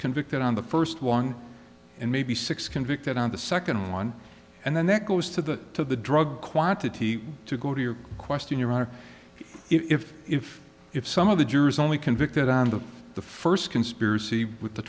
convicted on the first one and maybe six convicted on the second one and then that goes to the to the drug quantity to go to your question your honor if if if some of the jurors only convicted on the the first conspiracy with the